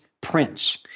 prince